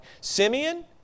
Simeon